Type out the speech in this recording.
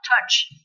touch